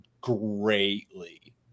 greatly